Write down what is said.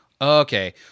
Okay